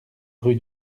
rue